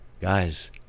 Guys